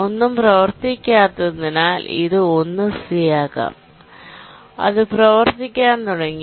ഒന്നും പ്രവർത്തിക്കാത്തതിനാൽ ഇത് 1 സി ആകാം അത് പ്രവർത്തിക്കാൻ തുടങ്ങി